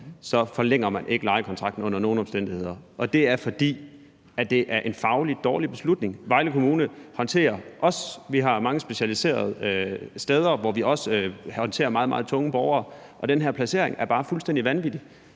forlænger man ikke lejekontrakten under nogen omstændigheder, og det er, fordi det er en fagligt dårlig beslutning. Vejle Kommune har mange specialiserede steder, hvor vi også håndterer meget, meget tunge borgere, og den her placering er bare fuldstændig vanvittig,